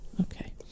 okay